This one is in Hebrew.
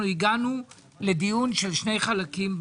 אנחנו הגענו לדיון של שני חלקים.